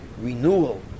renewal